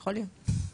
יכול להיות.